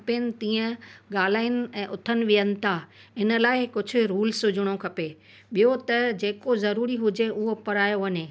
खपेनि तीअं ॻाल्हाइनि ऐं उथनि विहनि था इन लाइ कुझु रुल्स हुजणो खपे ॿियो त जेको ज़रूरी हुजे उहो पढ़ायो वञे